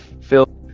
phil